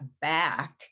back